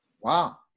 Wow